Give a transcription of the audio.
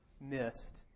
missed